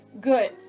Good